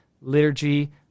liturgy